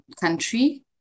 country